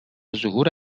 ظهور